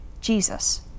Jesus